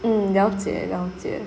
mm 了解了解